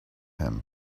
him